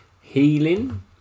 healing